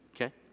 okay